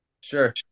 Sure